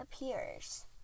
appears